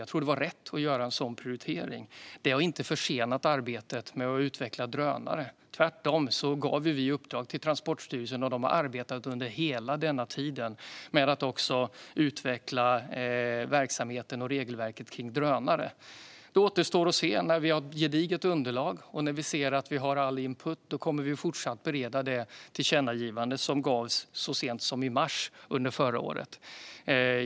Jag tror att det var rätt att göra en sådan prioritering. Det har inte försenat arbetet med att utveckla drönare. Tvärtom gav vi uppdraget till Transportstyrelsen, och de har arbetat under hela denna tid med att utveckla verksamheten och regelverket kring drönare. Det återstår att se när vi har ett gediget underlag och när vi ser att vi har all input. Då kommer vi fortsatt att bereda det tillkännagivande som gavs så sent som i mars förra året.